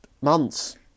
months